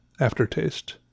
aftertaste